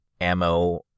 ammo